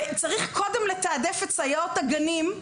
וצריך קודם לתעדף את סייעות הגנים,